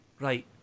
Right